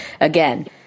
again